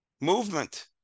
Movement